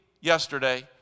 yesterday